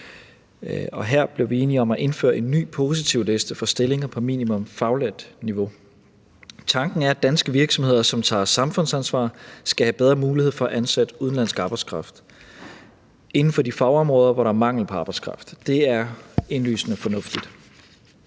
Og her blev vi enige om at indføre en ny positivliste for stillinger på minimum faglært niveau. Tanken er, at danske virksomheder, som tager samfundsansvar, skal have bedre mulighed for at ansætte udenlandsk arbejdskraft inden for de fagområder, hvor der er mangel på arbejdskraft. Det er indlysende fornuftigt.